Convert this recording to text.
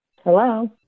Hello